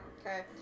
Okay